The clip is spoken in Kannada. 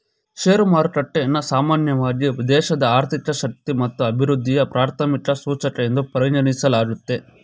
ಶೇರು ಮಾರುಕಟ್ಟೆಯನ್ನ ಸಾಮಾನ್ಯವಾಗಿ ದೇಶದ ಆರ್ಥಿಕ ಶಕ್ತಿ ಮತ್ತು ಅಭಿವೃದ್ಧಿಯ ಪ್ರಾಥಮಿಕ ಸೂಚಕ ಎಂದು ಪರಿಗಣಿಸಲಾಗುತ್ತೆ